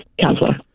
counselor